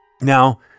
Now